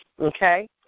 okay